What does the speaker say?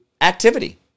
activity